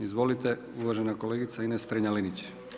Izvolite, uvažena kolegica Ines Strenja-Linić.